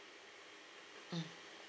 mm